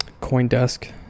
Coindesk